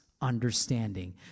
understanding